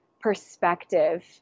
perspective